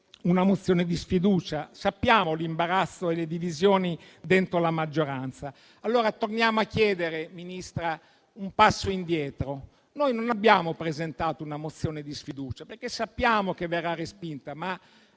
una mozione di sfiducia. Conosciamo l'imbarazzo e le divisioni all'interno della maggioranza. Allora torniamo a chiedere, Ministra, un passo indietro. Noi non abbiamo presentato una mozione di sfiducia, perché sappiamo che verrà respinta, ma